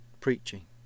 preaching